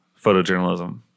photojournalism